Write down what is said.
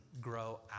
grow